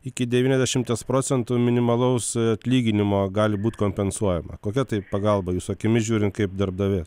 iki devyniasdešimties procentų minimalaus atlyginimo gali būt kompensuojama kokia tai pagalba jūsų akimis žiūrint kaip darbdavė